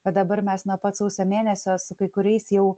o dabar mes nuo pat sausio mėnesio su kai kuriais jau